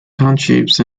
townships